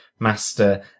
master